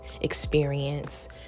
experience